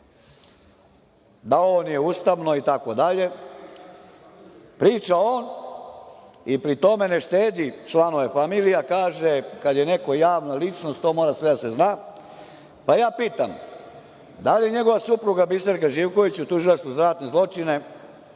da ovo nije ustavno itd, priča on i pri tome ne štedi članove familije kaže – kad je neko javna ličnost to mora sve da se zna. Pa, ja pitam da li njegova supruga Biserka Živkoviću u Tužilaštvu za ratne zločina